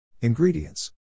Ingredients